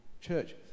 church